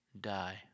die